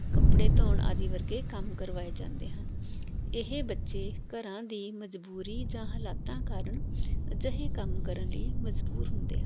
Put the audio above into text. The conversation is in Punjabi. ਕੱਪੜੇ ਧੋਣ ਆਦਿ ਵਰਗੇ ਕੰਮ ਕਰਵਾਏ ਜਾਂਦੇ ਹਨ ਇਹ ਬੱਚੇ ਘਰਾਂ ਦੀ ਮਜ਼ਬੂਰੀ ਜਾਂ ਹਾਲਾਤਾਂ ਕਾਰਣ ਅਜਿਹੇ ਕੰਮ ਕਰਨ ਲਈ ਮਜ਼ਬੂਰ ਹੁੰਦੇ ਹਨ